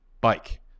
bike